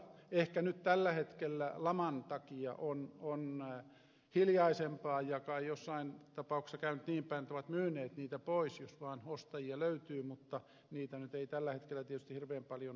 ehkä nyt tällä hetkellä laman takia on hiljaisempaa ja kai jossain tapauksessa on käynyt niinpäin että he ovat myyneet niitä pois jos vaan ostajia löytyy mutta niitä nyt ei tällä hetkellä tietysti hirveän paljon löydy